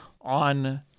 on